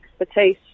expertise